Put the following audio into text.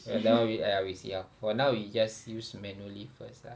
but now we !aiya! we see how for now we just use manually first ah